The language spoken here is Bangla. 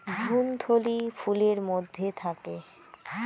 ভ্রূণথলি ফুলের মধ্যে থাকে